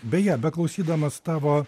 beje beklausydamas tavo